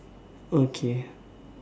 okay